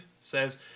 says